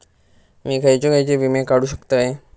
मी खयचे खयचे विमे काढू शकतय?